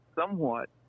somewhat